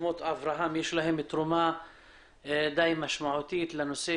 ליוזמות אברהם יש תרומה משמעותית לנושא